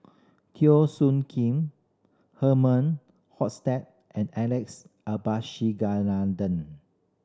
Teo Soon Kim Herman Hochstadt and Alex Abisheganaden